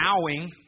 bowing